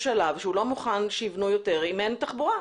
שלב שהוא לא מוכן שיבנו יותר אם אין תחבורה.